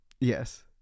Yes